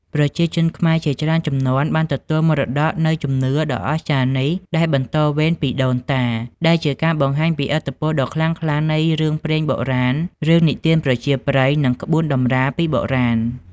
ប្រជាជនខ្មែរជាច្រើនជំនាន់បានទទួលមរតកនូវជំនឿដ៏អស្ចារ្យនេះដែលបន្តវេនពីដូនតា ដែលជាការបង្ហាញពីឥទ្ធិពលដ៏ខ្លាំងក្លានៃរឿងព្រេងបុរាណ រឿងនិទានប្រជាប្រិយ និងក្បួនតម្រាពីបុរាណ។